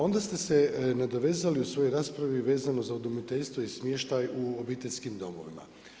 Onda ste se nadovezali u svojoj raspravi vezano za udomiteljstvo i smještaj u obiteljskim domovima.